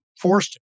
forced